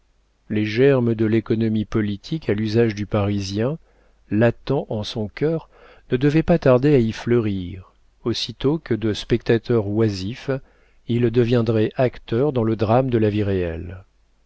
les germes de l'économie politique à l'usage du parisien latents en son cœur ne devaient pas tarder à y fleurir aussitôt que de spectateur oisif il deviendrait acteur dans le drame de la vie réelle